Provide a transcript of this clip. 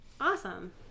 awesome